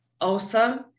awesome